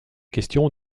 question